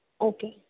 okay